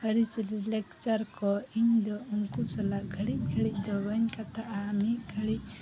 ᱟᱹᱨᱤ ᱪᱟᱹᱞᱤ ᱞᱮᱠᱪᱟᱨ ᱠᱚ ᱤᱧ ᱫᱚ ᱩᱱᱠᱩ ᱥᱟᱞᱟᱜ ᱜᱷᱟᱹᱲᱤᱡ ᱜᱷᱟᱹᱲᱤᱡ ᱫᱚ ᱵᱟᱹᱧ ᱠᱟᱛᱷᱟᱜᱼᱟ ᱢᱤᱫ ᱜᱷᱟᱹᱲᱤᱡ